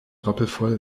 rappelvoll